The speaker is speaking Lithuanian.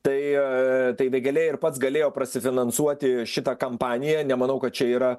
tai tai vėgėlė ir pats galėjo prasifinansuoti šitą kampaniją nemanau kad čia yra